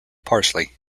parsley